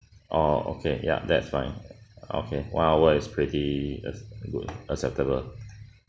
oh okay yup that's fine okay one hour is pretty acce~ good acceptable